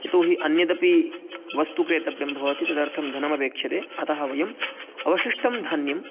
यतोहि अन्यदपि वस्तु क्रेतव्यं भवति तदर्थं धनम् अपेक्ष्यते अतः वयम् अवशिष्टं धान्यं